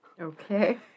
Okay